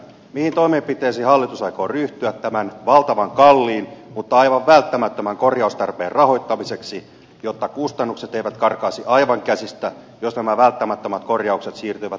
mihin toimenpiteisiin hallitus aikoo ryhtyä tämän valtavan kalliin mutta aivan välttämättömän korjaustarpeen rahoittamiseksi jotta kustannukset eivät karkaisi aivan käsistä jos nämä välttämättömät korjaukset siirtyvät hamaan tulevaisuuteen